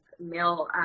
male